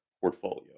portfolio